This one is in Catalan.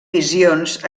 visions